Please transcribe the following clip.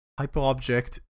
Hyperobject